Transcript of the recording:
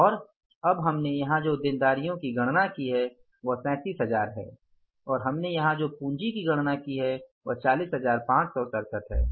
और अब हमने यहां जो देनदारियां की गणना की हैं वह 37000 है और हमने यहां जो पूंजी की गणना की है वह 40567 है